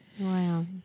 Wow